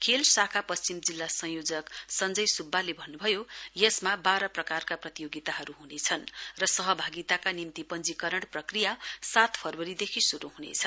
खेल शाखा पश्चिम जिल्ला संयोजक सञ्जय सुब्बाले भन्न्भयो यसमा बाह्र प्रकारका प्रतियोगिताहरू हनेछन् र सहभागिताका निम्ति पञ्जीकरण प्रक्रिया सात फरवरीदेखि शुरू हुनेछ